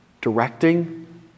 directing